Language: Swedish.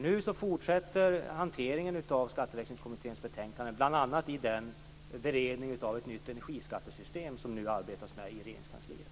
Nu fortsätter hanteringen av Skatteväxlingskommitténs betänkande, bl.a. i beredningen av ett nytt energiskattesystem som man arbetar med i Regeringskansliet.